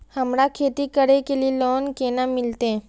हमरा खेती करे के लिए लोन केना मिलते?